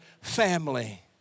family